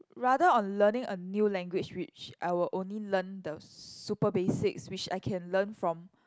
rather on learning a new language which I will only learn the super basics which I can learn from